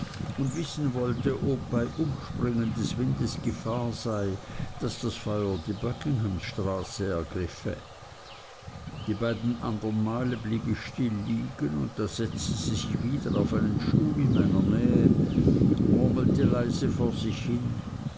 und wissen wollte ob bei umspringen des windes gefahr sei daß das feuer die buckingham straße ergriffe die beiden andern male blieb ich still liegen und da setzte sie sich auf einen stuhl in meiner nähe murmelte leise vor sich hin